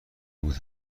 بود